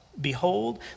Behold